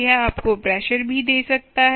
यह आपको प्रेशर भी दे सकता है